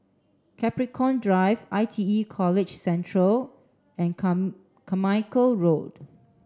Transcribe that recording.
Capricorn Drive I T E College Central and Carmichael Road